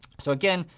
so again,